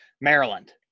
maryland